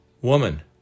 Woman